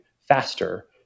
Faster